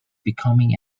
becoming